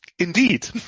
Indeed